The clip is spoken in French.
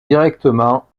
directement